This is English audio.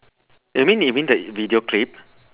that mean you mean the video clip